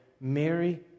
Mary